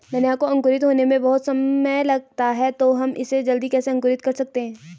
धनिया को अंकुरित होने में बहुत समय लगता है तो हम इसे जल्दी कैसे अंकुरित कर सकते हैं?